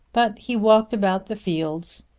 but he walked about the fields,